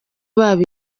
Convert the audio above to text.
babo